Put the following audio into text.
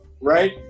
right